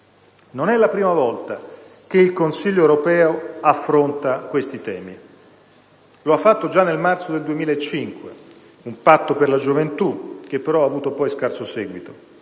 Non è la prima volta che il Consiglio europeo affronta questi temi: lo ha fatto già nel marzo del 2005 con un Patto per la gioventù, che però poi ha avuto scarso seguito;